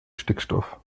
stickstoff